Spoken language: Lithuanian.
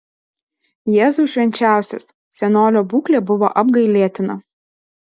jėzau švenčiausias senolio būklė buvo apgailėtina